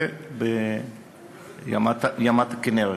ובימת הכינרת.